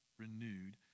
renewed